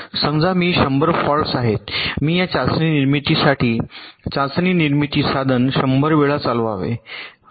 समजा मी 100 फॉल्ट्स आहेत मी या चाचणी निर्मितीसाठी चाचणी निर्मिती साधन 100 वेळा चालवावे